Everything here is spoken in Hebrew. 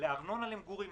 לארנונה למגורים,